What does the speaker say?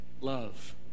Love